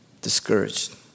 discouraged